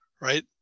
right